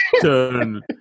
Turn